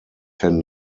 ten